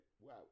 wow